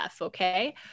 okay